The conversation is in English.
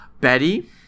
betty